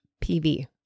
pv